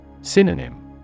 Synonym